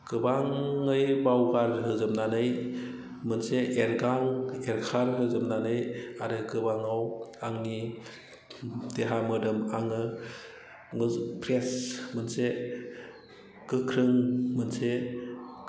गोबाङै बावगारहोजोबनानै मोनसे एरखांहोजोबनानै आरो गोबाङाव आंनि देहा मोदोम आङो फ्रेस मोनसे गोख्रों मोनसे